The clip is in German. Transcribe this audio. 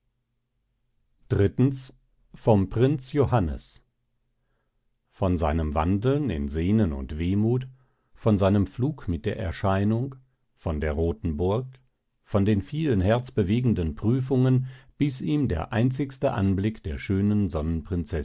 vom prinz johannes von seinem wandeln in sehnen und wehmuth von seinem flug mit der erscheinung von der rothen burg von den vielen herzbewegenden prüfungen bis ihm der einzigste anblick der schönen